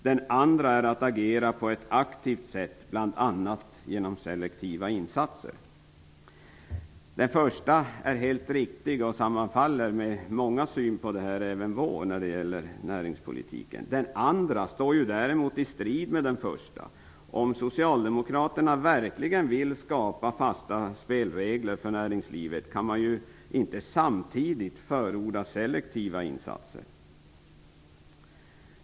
Den andra är att agera på ett aktivt sätt, bl.a. genom selektiva insatser. Den första är helt riktig och sammanfaller med mångas, även vår, syn på näringspolitiken. Den andra står däremot i strid med den första. Om Socialdemokraterna verkligen vill skapa fasta spelregler för näringslivet kan de ju inte samtidigt förorda selektiva insatser.